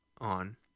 on